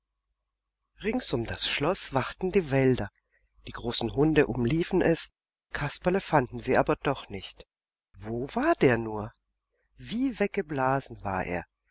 rings um das schloß wachten die wächter die großen hunde umliefen es kasperle fanden sie aber doch nicht wo war der nur wie weggeblasen war er